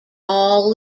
all